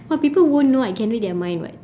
but people won't know I can read their mind [what]